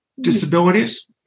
disabilities